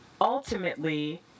ultimately